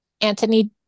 Anthony